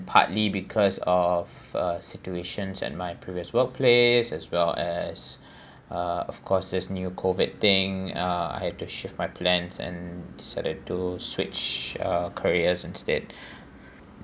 partly because of uh situations at my previous workplace as well as uh of course this new COVID thing uh I had to shift my plans and set it to switch uh careers instead